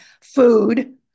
food